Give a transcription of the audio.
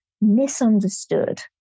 misunderstood